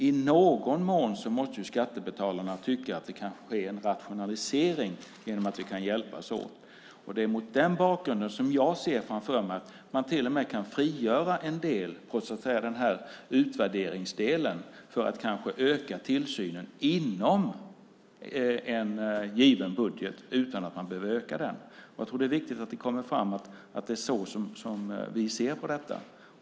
I någon mån måste skattebetalarna tycka att det kan ske en rationalisering genom att vi kan hjälpas åt. Det är mot den bakgrunden som jag ser att man till och med kan frigöra en del från utvärderingsdelen för att öka tillsynen inom en given budget, utan att man behöver öka den. Jag tror att det är viktigt att det kommer fram att det är så vi ser på detta.